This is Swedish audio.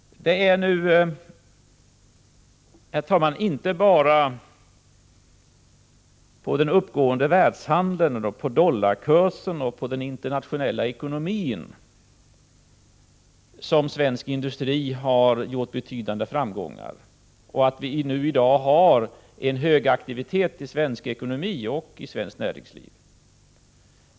Det är nu, herr talman, inte bara den uppåtgående världshandeln, dollarkursen och den internationella ekonomin över huvud taget som lett till att svensk industri har nått betydande framgångar och till att vi i dag har en hög aktivitet i svensk ekonomi och i svenskt näringsliv.